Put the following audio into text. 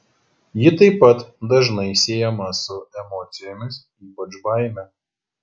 ji taip pat dažnai siejama su emocijomis ypač baime